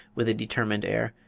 with a determined air.